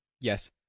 Yes